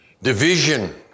Division